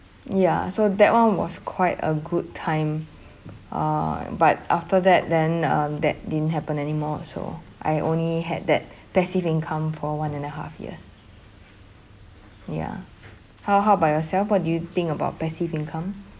ya so that one was quite a good time uh but after that then um that didn't happen anymore so I only had that passive income for one and a half years ya how how about yourself what do you think about passive income